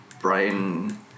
Brian